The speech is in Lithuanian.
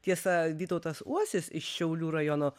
tiesa vytautas uosis iš šiaulių rajono